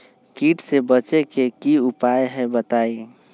कीट से बचे के की उपाय हैं बताई?